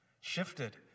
shifted